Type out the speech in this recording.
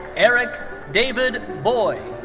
eric david boye.